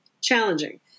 challenging